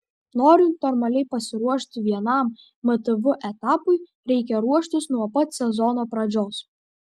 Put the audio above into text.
norint normaliai pasiruošti vienam mtb etapui reikia ruoštis nuo pat sezono pradžios